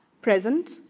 present